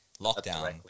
lockdown